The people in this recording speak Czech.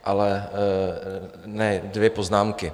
Ale ne, dvě poznámky.